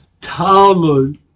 Talmud